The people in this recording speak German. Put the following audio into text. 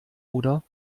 oder